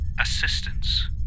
assistance